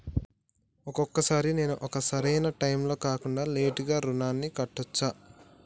ఒక్కొక సారి నేను ఒక సరైనా టైంలో కాకుండా లేటుగా రుణాన్ని కట్టచ్చా?